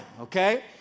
okay